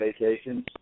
vacations